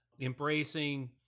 embracing